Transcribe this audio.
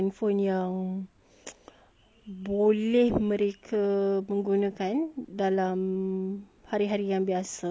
boleh mereka menggunakan dalam hari-hari yang biasa yang senang untuk